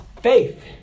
Faith